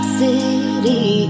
city